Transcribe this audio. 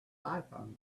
python